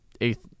eighth